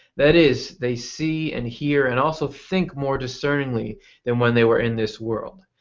that is, they see and hear and also think more discerningly that when they were in this world.